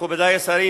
מכובדי השרים,